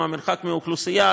מה המרחק מהאוכלוסייה,